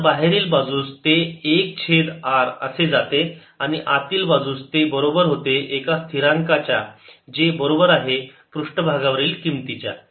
तर बाहेरील बाजूस ते 1 छेद r असे जाते आणि आतील बाजूस ते बरोबर होते एका स्थिरांका च्या जे की बरोबर आहे पृष्ठभागावरील किंमतीच्या